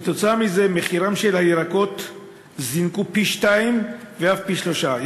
כתוצאה מזה מחיריהם של הירקות זינקו פי-שניים ואף פי-שלושה.